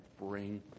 bring